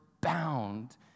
bound